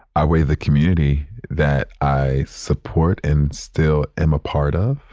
i weigh the community that i support and still am a part of.